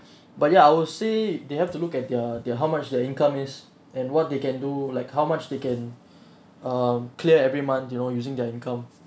but ya I will say they have to look at their their how much their income is and what they can do like how much they can um clear every month you know using their income